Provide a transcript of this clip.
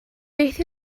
beth